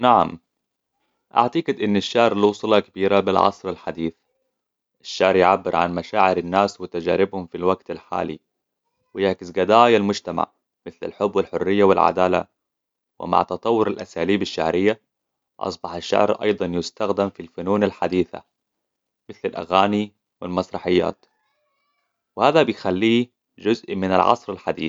نعم، أعتقد أن الشعر له صلة كبيرة بالعصر الحديث. الشعر يعبر عن مشاعر الناس وتجاربهم في الوقت الحالي. ويعكس قضايا المجتمع، مثل الحب والحرية والعدالة. ومع تطور الأساليب الشعرية، أصبح الشعر أيضاً يستخدم في الثنون الحديثة. مثل الأغاني والمسرحيات. وهذا بيخليه جزء من العصر الحديث.